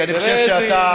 כי אני חושב שאתה,